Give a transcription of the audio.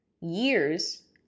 years